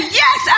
yes